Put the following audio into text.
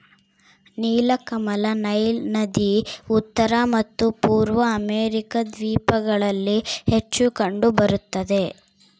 ನೀಲಕಮಲ ನೈಲ್ ನದಿ ಉತ್ತರ ಮತ್ತು ಪೂರ್ವ ಅಮೆರಿಕಾ ದ್ವೀಪಗಳಲ್ಲಿ ಹೆಚ್ಚು ಕಂಡು ಬರುತ್ತದೆ